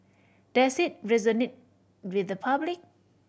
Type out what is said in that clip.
does it resonate with the public